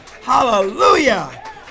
Hallelujah